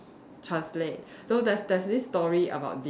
translate so there's there's this story about this